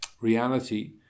reality